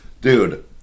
Dude